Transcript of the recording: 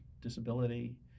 disability